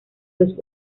los